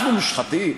אנחנו מושחתים,